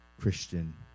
Christian